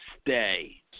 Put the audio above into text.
stay